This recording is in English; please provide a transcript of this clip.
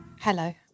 Hello